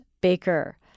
Baker